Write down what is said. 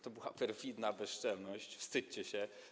To była perfidia, bezczelność, wstydźcie się.